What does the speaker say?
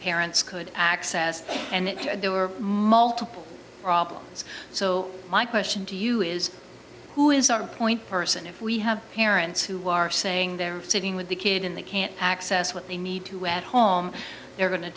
parents could access and there were multiple problems so my question to you is who is our point person if we have parents who are saying they're sitting with the kid in the can't access what they need to at home they're go